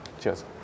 Cheers